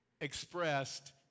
expressed